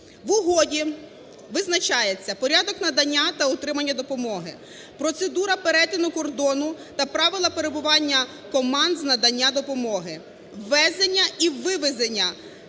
В угоді визначаються: порядок надання та отримання допомоги, процедура перетину кордону та правила перебування команд з надання допомоги, ввезення і вивезення,